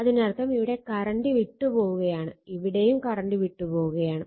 അതിനർത്ഥം ഇവിടെ കറണ്ട് വിട്ട് പോവുകയാണ് ഇവിടെയും കറണ്ട് വിട്ട് പോവുകയാണ്